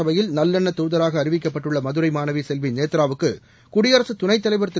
சபையில் நல்லெண்ண தூதராக அறிவிக்கப்பட்டுள்ள மதுரை மாணவி செல்வி நேத்ராவுக்கு குடியரசுத் துணத் தலைவர் திரு